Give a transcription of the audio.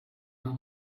her